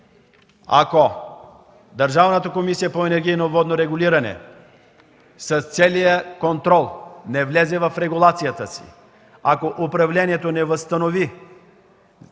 Ако Държавната комисия по енергийно и водно регулиране с целия контрол не влезе в регулацията си, ако управлението не възстанови